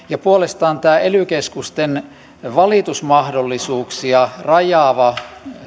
puolestaan tämä ely keskusten valitusmahdollisuuksia rajaava